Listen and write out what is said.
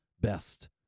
best